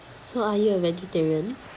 so are you a vegetarian